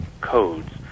codes